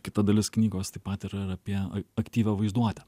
kita dalis knygos taip pat yra ir apie aktyvią vaizduotę